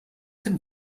dem